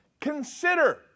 Consider